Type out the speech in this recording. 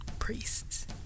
priests